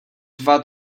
dva